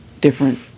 different